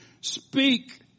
speak